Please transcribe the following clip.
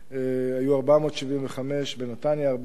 היו 475, בנתניה, 465,